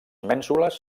mènsules